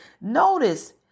Notice